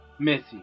Messi